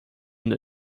und